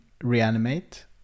Reanimate